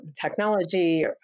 technology